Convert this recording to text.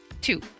Two